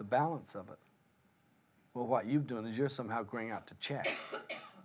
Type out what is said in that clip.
the balance of it well what you doing is you're somehow going out to check